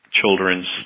children's